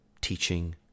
teaching